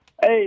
Hey